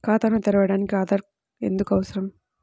ఖాతాను తెరవడానికి ఆధార్ ఎందుకు అవసరం?